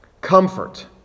Comfort